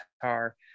guitar